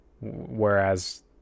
whereas